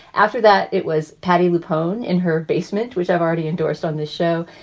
after that, it was patty with hoan in her basement, which i've already endorsed on the show.